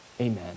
Amen